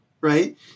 right